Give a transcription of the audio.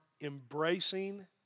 embracing